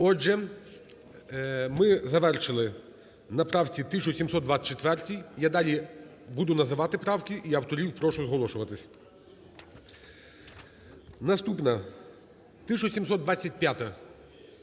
Отже, ми завершили на правці 1724. Я далі буду називати правка і авторів прошу зголошуватись. Наступна – 1725-а.